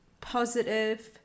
positive